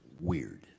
weird